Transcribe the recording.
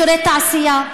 אזורי תעשייה,